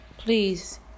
Please